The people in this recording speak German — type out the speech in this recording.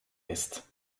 ist